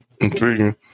Intriguing